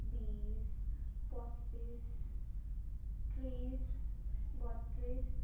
বিশ পঁচিশ ত্ৰিশ বত্ৰিশ